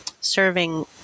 serving